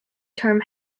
term